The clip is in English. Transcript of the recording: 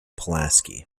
pulaski